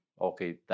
okay